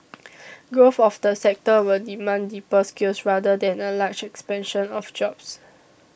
growth of the sector will demand deeper skills rather than a large expansion of jobs